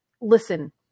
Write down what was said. listen